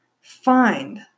find